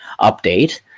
update